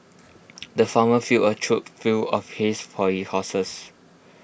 the farmer filled A trough full of hays for his horses